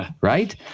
right